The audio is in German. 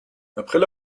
april